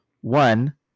One